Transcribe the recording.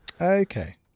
okay